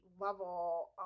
level